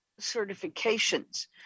certifications